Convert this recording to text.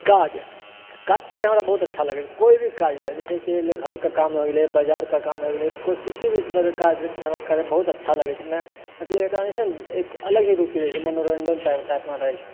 काज काज करै मे हमरा बहुत अच्छा लागै छै कोइ भी काज रहै जैसे कि घर कऽ काम होय गेलै बजारके काम होए गेलै कोइ किसी भी तरहके काज रहै छै ने तऽ हमरा करैमे बहुत अच्छा लागै छै मतलब एकरामे छै ने एक अलग ही रूचि रहै छै मनोरञ्जन टाइपमे रहै छै